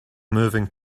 moving